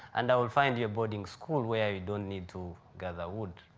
and i will find you a boarding school where you don't need to gather wood.